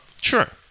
sure